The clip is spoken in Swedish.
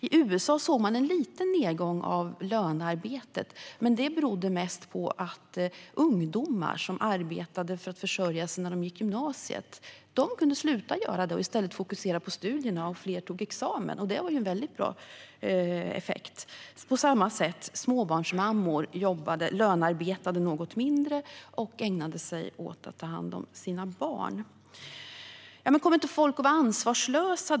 I USA sågs en liten nedgång av lönearbetet, men det berodde mest på att ungdomar som arbetade för att försörja sig när de gick i gymnasiet kunde sluta jobba och i stället fokusera på studierna. Fler tog examen, och det var ju en väldigt bra effekt. På samma sätt lönearbetade småbarnsmammor något mindre och ägnade sig i stället åt att ta hand om sina barn. Kommer inte folk att vara ansvarslösa?